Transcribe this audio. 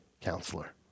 counselor